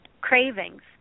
cravings